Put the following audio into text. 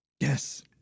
yes